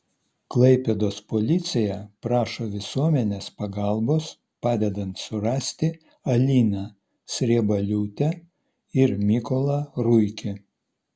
klaipėdos policija prašo visuomenės pagalbos padedant surasti aliną sriebaliūtę ir mykolą ruikį